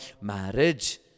marriage